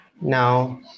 Now